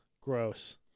Gross